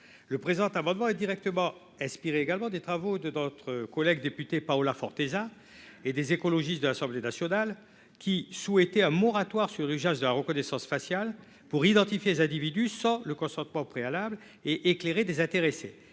Le présent amendement est directement inspiré des travaux de notre collègue députée Paula Forteza et du groupe écologiste de l'Assemblée nationale, qui souhaitaient un moratoire sur l'usage de la reconnaissance faciale à des fins d'identification des individus sans le consentement préalable et éclairé des intéressés,